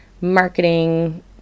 marketing